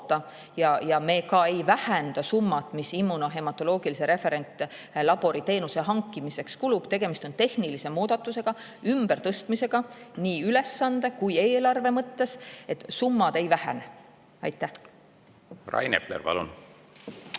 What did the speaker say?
Ja me ka ei vähenda summat, mis immunohematoloogilise referentlabori teenuse hankimiseks kulub. Tegemist on tehnilise muudatusega, ümbertõstmisega nii ülesande kui ka eelarve mõttes. Summad ei vähene. Rain Epler, palun!